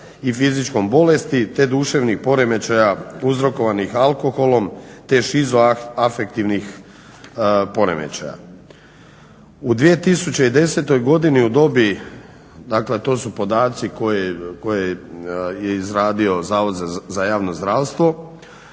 i fizičkom bolesti, te duševnih poremećaja uzrokovanih alkoholom te šizoafektivnih poremećaja. U 2010. godini u dobi, dakle to su podaci koje je izradio Zavod za javno zdravstvo,